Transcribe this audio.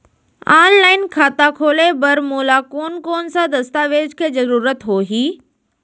Online खाता खोले बर मोला कोन कोन स दस्तावेज के जरूरत होही?